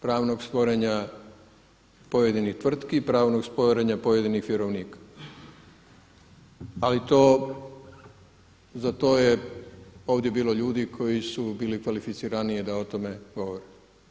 Pravnog sporenja pojedinih tvrtki, pravnog sporenja pojedinih vjerovnika, ali to za to je ovdje bilo ljudi koji su bili kvalificiraniji da o tome govore.